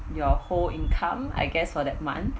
your whole income I guess for that month